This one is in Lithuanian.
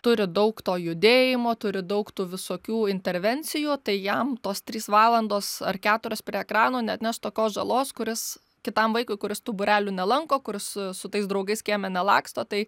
turi daug to judėjimo turi daug tų visokių intervencijų tai jam tos trys valandos ar keturios prie ekrano neatneš tokios žalos kuris kitam vaikui kuris tų būrelių nelanko kuris su tais draugais kieme nelaksto tai